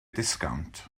disgownt